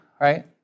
Right